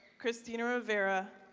christina rivera,